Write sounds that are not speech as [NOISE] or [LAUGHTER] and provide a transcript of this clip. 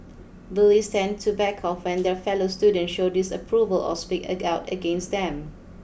bullies tend to back off when their fellow students show disapproval or speak [UNINTELLIGIBLE] out against them